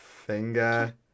Finger